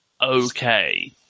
okay